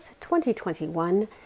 2021